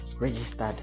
registered